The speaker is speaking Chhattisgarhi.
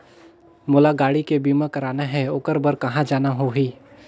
मोला गाड़ी के बीमा कराना हे ओकर बार कहा जाना होही?